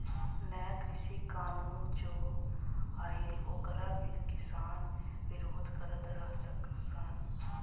नया कृषि कानून जो आइल ओकर किसान विरोध करत रह सन